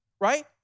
right